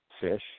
fish